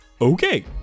Okay